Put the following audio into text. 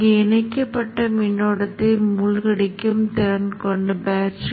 இங்கே n மதிப்பை எடுத்து அதை கிளிக் செய்கிறேன் இது சுமார் 1